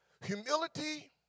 Humility